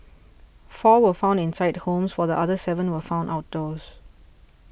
four were found inside homes while the other seven were found outdoors